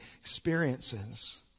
experiences